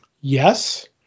Yes